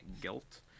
guilt